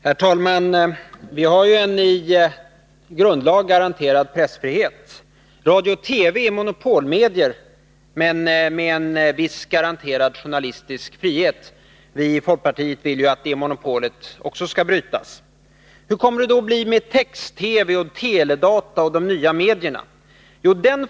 Herr talman! Vi har en i grundlag garanterad pressfrihet. Radio och TV är monopolmedier — men med en viss garanterad journalistisk frihet. Vi i folkpartiet vill ju att det monopolet också skall brytas. Hur kommer det då att bli med text-TV, teledata och de nya medierna?